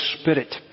Spirit